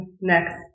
next